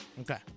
Okay